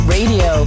Radio